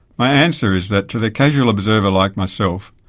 my answer is that to the casual observer, like myself,